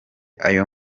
ayo